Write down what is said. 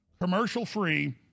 commercial-free